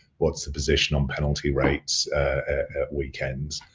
what's the position on penalty rates at weekends?